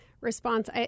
response